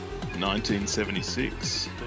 1976